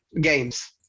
games